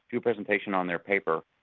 do a presentation on their paper,